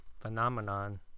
phenomenon